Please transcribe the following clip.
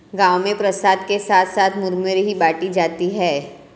गांव में प्रसाद के साथ साथ मुरमुरे ही बाटी जाती है